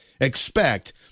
expect